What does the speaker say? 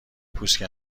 پوست